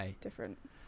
different